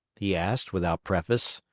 he asked, without preface.